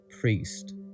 priest